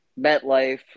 MetLife